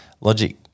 logic